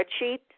spreadsheet